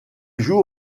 joue